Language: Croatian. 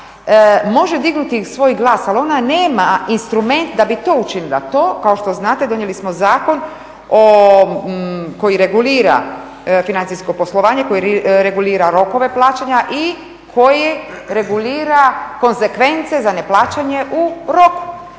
može dignuti svoj glas, ali ona nema instrument da bi to učinila. To kao što znate donijeli smo zakon koji regulira financijsko poslovanje, koji regulira rokove plaćanja i koji regulira konzekvence za neplaćanje u roku,